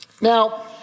Now